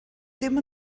ddim